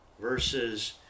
versus